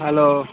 hello